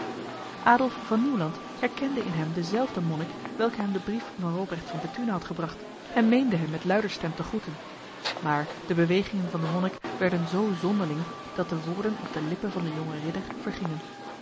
adolf van nieuwland herkende in hem dezelfde monnik welke hem de brief van robrecht van bethune had gebracht en meende hem met luider stem te groeten maar de bewegingen van de monnik werden zo zonderling dat de woorden op de lippen van de jonge ridder